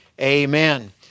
Amen